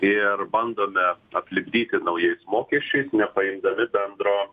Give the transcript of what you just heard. ir bandome aplipdyti naujais mokesčiais nepaimdami bendro